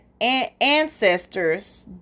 ancestors